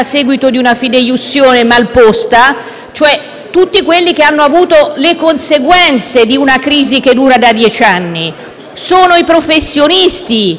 tutti coloro che hanno subìto le conseguenze di una crisi che dura da dieci anni. Sono i professionisti, anche loro interessati a questo tipo di